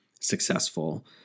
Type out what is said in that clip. successful